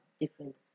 different